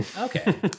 Okay